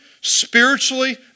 spiritually